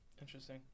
Interesting